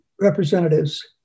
representatives